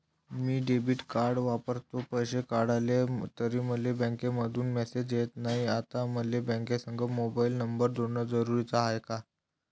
मी debit card वापरतो, पैसे काढले तरी मले बँकेमंधून मेसेज येत नाय, आता मले बँकेसंग मोबाईल नंबर जोडन जरुरीच हाय का?